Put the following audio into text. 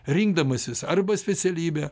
rinkdamasis arba specialybę